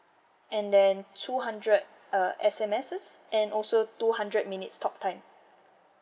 and then two hundred uh S_M_Ss and also two hundred minutes talk time